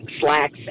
slacks